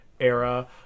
era